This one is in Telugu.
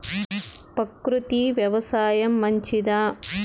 ప్రకృతి వ్యవసాయం మంచిదా?